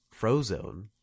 Frozone